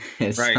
Right